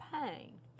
pain